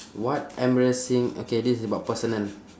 what embarrassing okay this is about personal